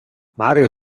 mario